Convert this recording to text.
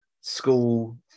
school